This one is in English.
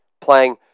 playing